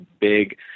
big